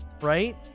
Right